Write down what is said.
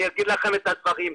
אני אגיד לכם את הדברים,